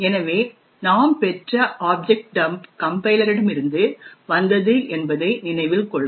எனவே நாம் பெற்ற ஆப்ஜெக்ட் டம்ப் கம்பைலரிடமிருந்து வந்தது என்பதை நினைவில் கொள்க